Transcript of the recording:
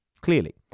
clearly